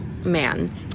Man